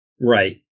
Right